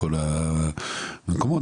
בכל המקומות.